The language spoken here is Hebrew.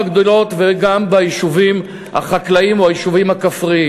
בערים הגדולות וגם ביישובים החקלאיים או היישובים הכפריים.